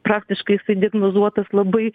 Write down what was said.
praktiškai jisai diagnozuotas labai